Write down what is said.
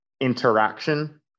interaction